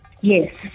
Yes